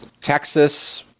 Texas